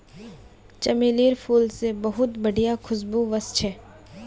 चमेलीर फूल से बहुत बढ़िया खुशबू वशछे